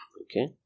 okay